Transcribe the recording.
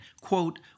quote